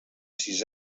sis